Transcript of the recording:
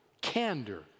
candor